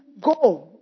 Go